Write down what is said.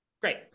Great